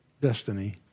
destiny